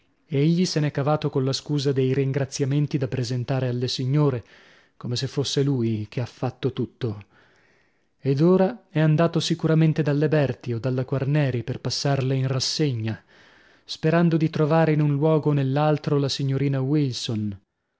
medico egli se n'è cavato colla scusa dei ringraziamenti da presentare alle signore come se fosse lui che ha fatto tutto ed ora è andato sicuramente dalle berti o dalla quarneri per passarle in rassegna sperando di trovare in un luogo o nell'altro la signorina wilson